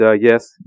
yes